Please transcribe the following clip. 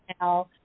now